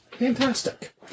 Fantastic